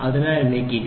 അതിനാൽ എനിക്ക് 20